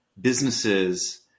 businesses